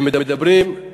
אם מדברים על